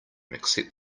except